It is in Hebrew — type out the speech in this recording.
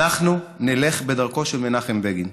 אנו נלך בדרכו של מנחם בגין